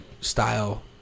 style